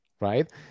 right